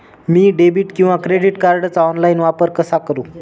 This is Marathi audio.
मी डेबिट किंवा क्रेडिट कार्डचा ऑनलाइन वापर कसा करु?